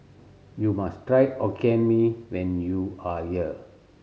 you must try Hokkien Mee when you are here